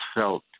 felt